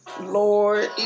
Lord